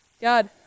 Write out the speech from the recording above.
God